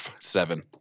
seven